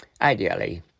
ideally